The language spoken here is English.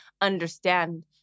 understand